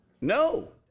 No